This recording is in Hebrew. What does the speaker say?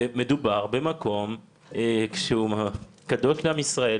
ומדובר במקום שהוא קדוש לעם ישראל,